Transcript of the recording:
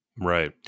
Right